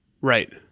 Right